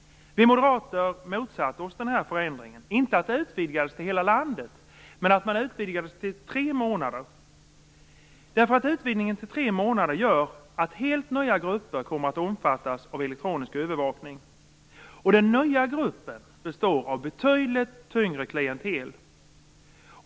Vi moderater motsatte oss denna förändring. Men det gällde inte utvidgningen till hela landet, utan utvidgningen till tre månader. Utvidgningen till tre månader gör att helt nya grupper kommer att omfattas av elektronisk övervakning. Den nya gruppen består av betydligt tyngre klientel.